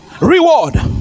reward